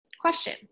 Question